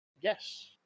Yes